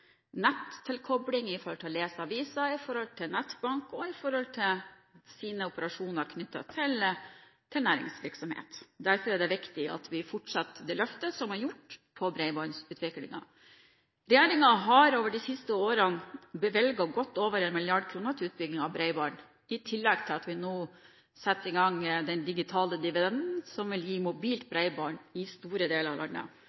næringsvirksomhet. Derfor der det viktig at vi fortsetter det løftet som er gjort når det gjelder bredbåndsutviklingen. Regjeringen har de siste årene bevilget godt over 1 mrd. kr til utbygging av bredbånd, i tillegg til at vi nå setter i gang den digitale dividenden, som vil gi mobilt bredbånd i store deler av landet.